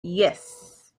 yes